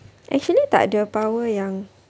actually takde power yang